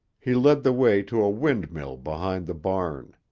he led the way to a windmill behind the barn.